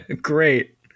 Great